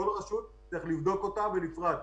צריך לבדוק כל רשות בנפרד.